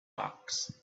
backs